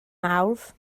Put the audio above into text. mawrth